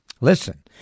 Listen